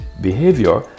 behavior